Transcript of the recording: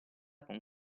con